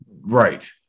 Right